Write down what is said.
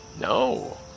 No